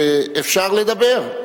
שאפשר לדבר?